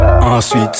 Ensuite